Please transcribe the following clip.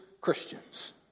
Christians